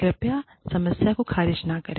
कृपया समस्या को खारिज न करें